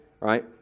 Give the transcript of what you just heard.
right